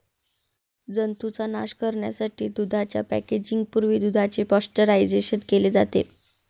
जंतूंचा नाश करण्यासाठी दुधाच्या पॅकेजिंग पूर्वी दुधाचे पाश्चरायझेशन केले जाते